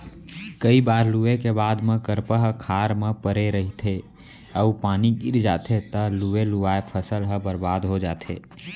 कइ बार लूए के बाद म करपा ह खार म परे रहिथे अउ पानी गिर जाथे तव लुवे लुवाए फसल ह बरबाद हो जाथे